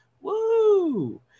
Woo